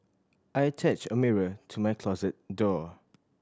I attached a mirror to my closet door